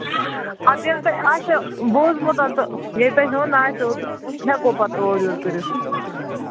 اَدٕ ییٚلہِ توہہِ آسیو بوٗزٕمُت تہٕ ییٚلہِ توہہِ ہیوٚن آسیو تہٕ ہٮ۪کو پَتہٕ اورٕ یور کٔرِتھ